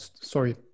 sorry